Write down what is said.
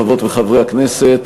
חברות וחברי הכנסת,